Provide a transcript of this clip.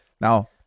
Now